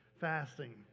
fasting